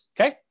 okay